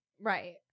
Right